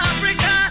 Africa